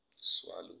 swallow